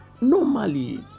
Normally